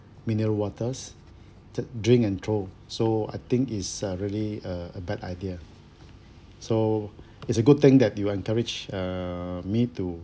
mineral water just drink and throw so I think it's a really uh a bad idea so it's a good thing that you encourage uh me to